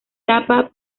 tapa